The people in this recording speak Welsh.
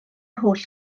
holl